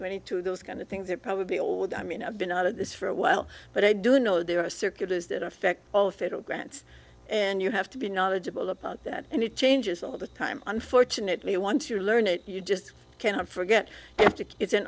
twenty two those kind of things are probably old i mean i've been out of this for a while but i do know there are circulars that affect all federal grants and you have to be knowledgeable about that and it changes all the time unfortunately once you learn it you just can't forget